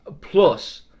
Plus